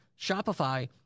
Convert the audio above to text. Shopify